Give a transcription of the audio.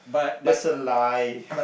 that's a lie